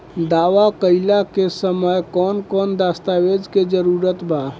दावा कईला के समय कौन कौन दस्तावेज़ के जरूरत बा?